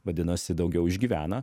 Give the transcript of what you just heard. vadinasi daugiau išgyvena